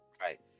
Right